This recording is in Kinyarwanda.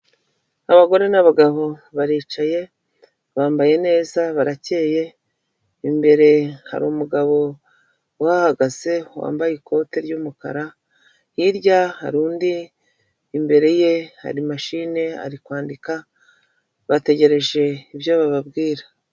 Abagore n'abagabo baricaye, bambaye neza, barakeye, imbere hari umugabo uhahagaze wambaye ikote ry'umukara, hirya hari undi, imbere ye hari mashine ari kwandika, bategereje ibyo bababwira.